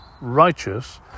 righteous